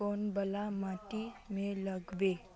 कौन वाला माटी में लागबे?